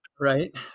Right